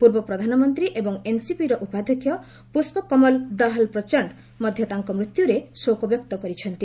ପୂର୍ବ ପ୍ରଧାନମନ୍ତ୍ରୀ ଏବଂ ଏନ୍ସିପିର ଉପାଧ୍ୟକ୍ଷ ପୁଷ୍ପ କମଲ୍ ଦହାଲ୍ ପ୍ରଚଣ୍ଣ ମଧ୍ୟ ତାଙ୍କ ମୃତ୍ୟୁରେ ଶୋକବ୍ୟକ୍ତ କରିଛନ୍ତି